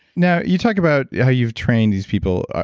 now, you talk about yeah how you've trained these people.